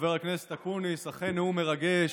חבר הכנסת אקוניס, אכן נאום מרגש.